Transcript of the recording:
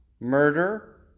murder